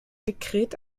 dekret